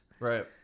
right